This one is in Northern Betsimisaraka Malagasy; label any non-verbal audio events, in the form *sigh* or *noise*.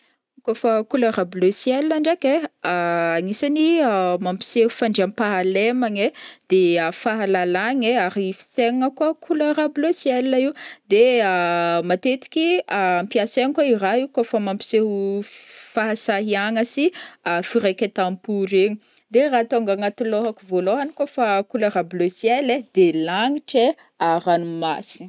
Kô fa couleur bleu ciel ndraiky ai, *hesitation* agnisany mampiseo fandriampahalemagne, de fahalalagne ary fisainagna koa couleur bleu ciel io, de *hesitation* matetiky *hesitation* ampiasaigny kô iraha io kô fa mampiseo f *hesitation* ahasahiagna sy firakentampo regny, de raha tônga agnaty lôhako vôlôhagny kô fa couleur bleu ciel ai, de lagnitra ai, *hesitation* ragnomasina